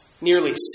Nearly